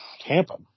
Tampa